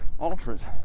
ultras